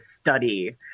study